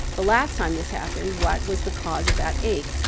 the last time this happened, what was the cause of that ache?